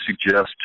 suggest